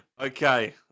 Okay